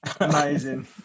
amazing